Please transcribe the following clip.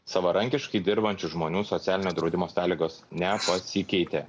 savarankiškai dirbančių žmonių socialinio draudimo sąlygos nepasikeitė